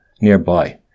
nearby